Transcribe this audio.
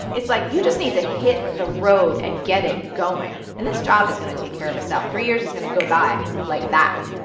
it's like you just need to hit the road and get it going. and this job is going to take care of itself. three years is going to go by like that.